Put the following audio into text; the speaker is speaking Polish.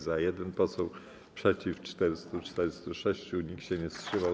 Za - 1 poseł, przeciw - 446, nikt się nie wstrzymał.